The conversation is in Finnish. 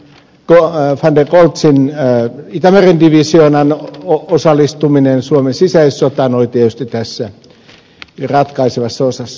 von der goltzin itämeren divisioonan osallistuminen suomen sisällissotaan oli tietysti tässä ratkaisevassa osassa